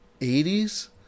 80s